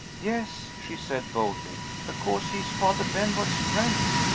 yes, she said, boldly, because he is father benwell's friend.